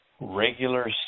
regular